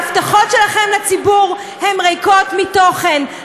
ההבטחות שלכם לציבור הן ריקות מתוכן,